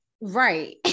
Right